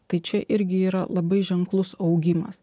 tai čia irgi yra labai ženklus augimas